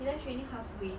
she left training halfway